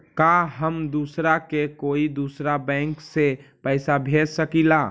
का हम दूसरा के कोई दुसरा बैंक से पैसा भेज सकिला?